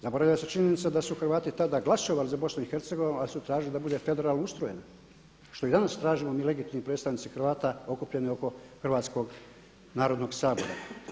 Zaboravlja se činjenica da su Hrvati tada glasovali za Bosnu i Hercegovinu, ali su tražili da bude federalno ustrojena što i danas tražimo mi legitimni predstavnici Hrvata okupljeni oko Hrvatskog narodnog sabora.